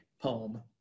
poem